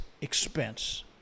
expense